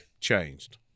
changed